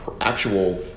actual